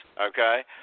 okay